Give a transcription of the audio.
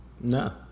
no